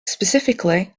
specifically